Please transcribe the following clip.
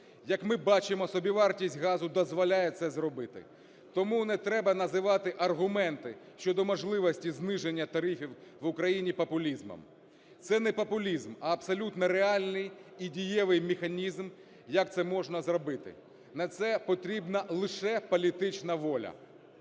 Як ми бачимо, собівартість газу дозволяє це зробити. Тому не треба називати аргументи щодо можливості зниження тарифів в Україні популізмом. Це не популізм, а абсолютно реальний і дієвий механізм, як це можна зробити, на це потрібна лише політична воля.